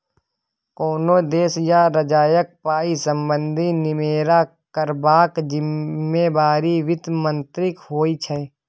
कोनो देश या राज्यक पाइ संबंधी निमेरा करबाक जिम्मेबारी बित्त मंत्रीक होइ छै